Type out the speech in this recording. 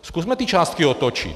Zkusme ty částky otočit.